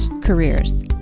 careers